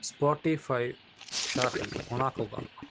Spotify shuffle ഓണാക്കുക